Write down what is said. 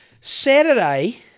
Saturday